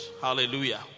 hallelujah